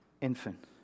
infant